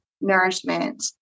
nourishment